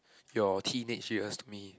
your teenage years to me